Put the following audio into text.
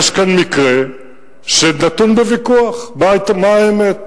יש כאן מקרה שנתון בוויכוח, מה האמת.